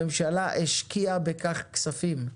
הממשלה השקיעה בכך כספים,